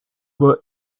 were